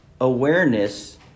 awareness